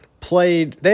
played